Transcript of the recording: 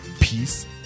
peace